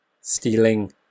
stealing